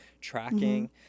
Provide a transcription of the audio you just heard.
tracking